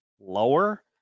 lower